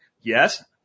Yes